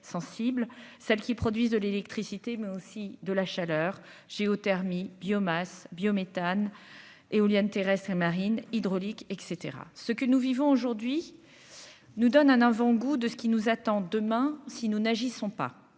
celles qui produisent de l'électricité mais aussi de la chaleur, géothermie, biomasse biométhane éolienne terrestre et marine hydraulique et cetera, ce que nous vivons aujourd'hui nous donne un avant-goût de ce qui nous attend demain, si nous n'agissons pas